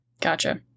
Gotcha